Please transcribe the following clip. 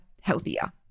healthier